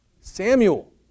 Samuel